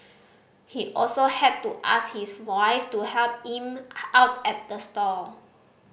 he also had to ask his wife to help him out at the stall